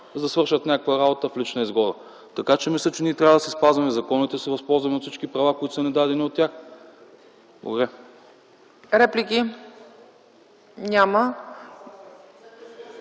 за да свършат някаква работа в лична изгода. Така че мисля, че ние трябва да си спазваме законите и да се възползваме от всички права, които са ни дадени от тях. Благодаря.